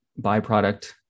byproduct